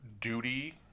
duty